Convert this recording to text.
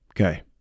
Okay